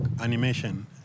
animation